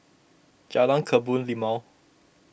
Jalan Kebun Limau